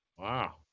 Wow